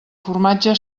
formatge